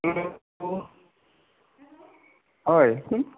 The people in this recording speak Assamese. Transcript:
হেল্ল' হয় কোন